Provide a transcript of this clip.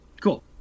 Cool